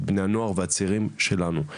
את בני הנוער והצעירים שלנו.